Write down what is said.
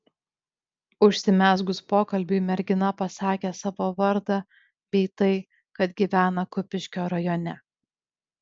užsimezgus pokalbiui mergina pasakė savo vardą bei tai kad gyvena kupiškio rajone